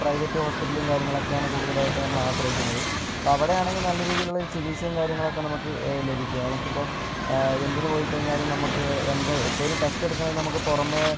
private ഹോസ്പിറ്റലിൽ കാര്യങ്ങളൊക്കെയാണ് കൂടുതലായിട്ട് നമ്മൾ ആശ്രയിക്കുന്നത് ഇപ്പം അവിടെയാണെങ്കിൽ നല്ല രീതിയിലുള്ള ചികിത്സയും കാര്യങ്ങളും ഒക്കെ നമുക്ക് ലഭിക്കാം നമുക്ക് ഇപ്പം എന്തിനു പോയി കഴിഞ്ഞാലും നമുക്ക് എന്ത് ഇപ്പം ഒരു ടെസ്റ്റ് എടുക്കണേ നമുക്ക് പുറമേ